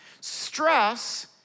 Stress